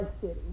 city